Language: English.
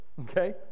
Okay